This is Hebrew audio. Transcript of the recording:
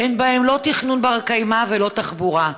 אין בהם לא תכנון בר-קיימא ולא תחבורה.